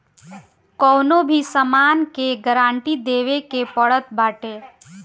कवनो भी सामान के गारंटी देवे के पड़त बाटे